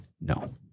No